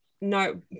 no